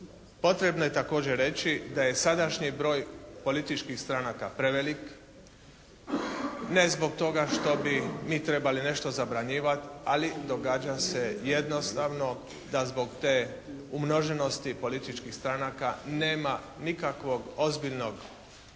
Potrebno je također reći da je sadašnji broj političkih stranaka prevelik. Ne zbog toga što bi mi trebali nešto zabranjivati. Ali događa se jednostavno da zbog te umoženosti političkih stranaka nema nikakvog ozbiljnog